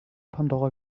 pandora